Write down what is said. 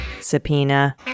Subpoena